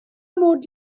mod